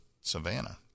Savannah